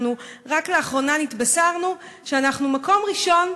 רק לאחרונה נתבשרנו שאנחנו במקום הראשון